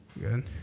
good